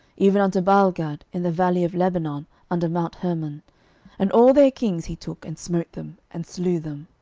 even unto baalgad in the valley of lebanon under mount hermon and all their kings he took, and smote them, and slew them.